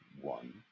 one